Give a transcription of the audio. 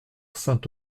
saint